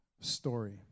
story